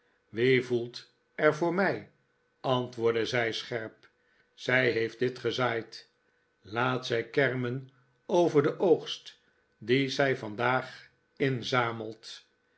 wie voelt er voor mij antwoordde zij scherp zij heeft dit gezaaid laat zij kermen over den oogst dien zij vandaag inzamelt